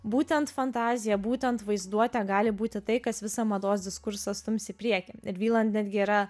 būtent fantaziją būtent vaizduotė gali būti tai kas visą mados diskursą stums į priekį ir vriland netgi yra